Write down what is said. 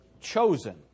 Chosen